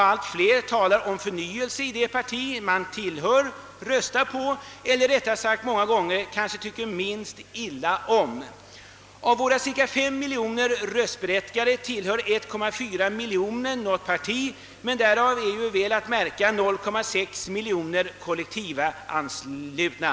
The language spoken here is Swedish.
Allt fler talar om behovet av förnyelse i det parti vederbörande tillhör, och man röstar på det parti som man tycker minst illa om. Av vårt lands cirka 5 miljoner röstberättigade tillhör 1,4 miljoner något parti, men därav är — väl att märka — 0,6 miljoner kollektivanslutna.